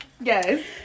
Yes